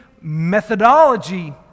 methodology